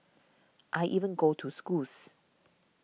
I even go to schools